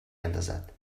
اندازد